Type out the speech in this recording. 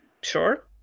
Sure